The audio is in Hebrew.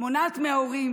מונע מההורים,